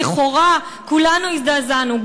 לכאורה כולנו הזדעזענו,